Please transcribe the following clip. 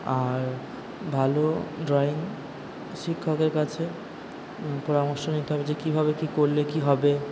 আর ভালো ড্রয়িং শিক্ষকের কাছে পরামর্শ নিতে হবে যে কীভাবে কী করলে কী হবে